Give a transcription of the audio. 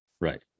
right